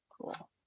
Cool